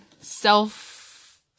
self